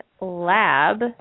lab